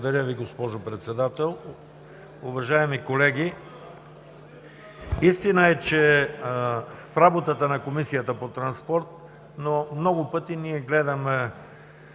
Благодаря Ви, госпожо Председател. Уважаеми колеги, истина е, че в работата на Комисията по транспорт много пъти ние гледаме